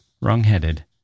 wrong-headed